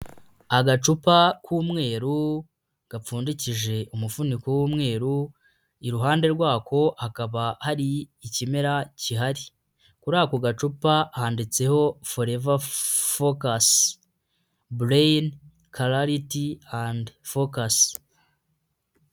Agacupa k'umweru gapfundikije umuvuniko w'umweru, iruhande rwako hakaba hari ikimera gihari, kuri ako gacupa handitseho foreva fokasi bureyini karariti andi fokasi.